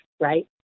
Right